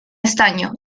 estaño